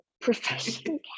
professional